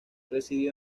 residió